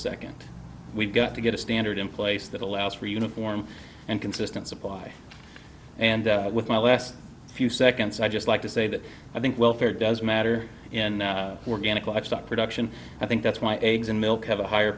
second we've got to get a standard in place that allows for uniform and consistent supply and with my last few seconds i just like to say that i think welfare does matter in organic livestock production i think that's why eggs and milk have a higher